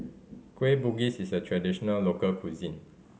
Kueh Bugis is a traditional local cuisine